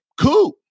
cool